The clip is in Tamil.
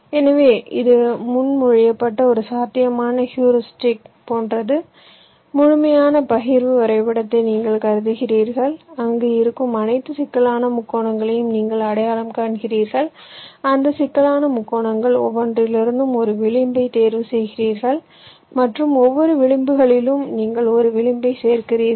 எனவே இது முன்மொழியப்பட்ட ஒரு சாத்தியமான ஹூரிஸ்டிக் போன்றது முழுமையான பகிர்வு வரைபடத்தை நீங்கள் கருதுகிறீர்கள் அங்கு இருக்கும் அனைத்து சிக்கலான முக்கோணங்களையும் நீங்கள் அடையாளம் காண்கிறீர்கள் அந்த சிக்கலான முக்கோணங்கள் ஒவ்வொன்றிலிருந்தும் ஒரு விளிம்பைத் தேர்வு செய்கிறீர்கள் மற்றும் ஒவ்வொரு விளிம்புகளிலும் நீங்கள் ஒரு விளிம்பைச் சேர்க்கிறீர்கள்